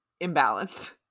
imbalance